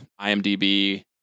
IMDb